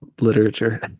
literature